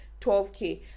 12K